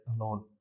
alone